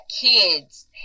kids